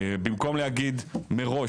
במקום להגיד מראש,